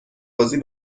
بازی